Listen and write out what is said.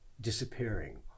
disappearing